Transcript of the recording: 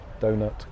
donut